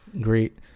Great